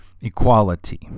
equality